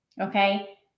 Okay